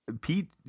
Pete